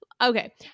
Okay